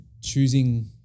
choosing